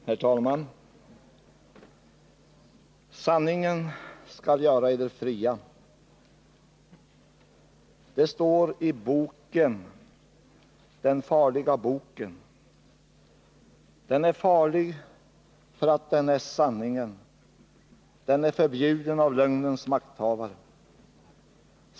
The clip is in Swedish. Herr talman! Sanningen skall göra eder fria. Det står i Boken, den farliga boken. Den är farlig för att den är sanningen. Den är förbjuden av lögnens makthavare.